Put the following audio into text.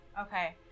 Okay